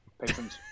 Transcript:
Patrons